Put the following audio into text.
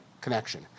connection